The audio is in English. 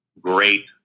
great